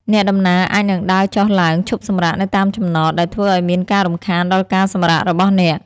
អ្នកដំណើរអាចនឹងដើរចុះឡើង ឈប់សម្រាកនៅតាមចំណត ដែលធ្វើឱ្យមានការរំខានដល់ការសម្រាករបស់អ្នក។